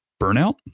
burnout